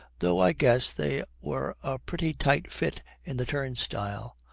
though i guess they were a pretty tight fit in the turnstile.